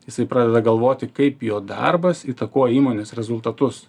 jisai pradeda galvoti kaip jo darbas įtakoja įmonės rezultatus